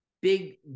big